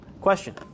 Question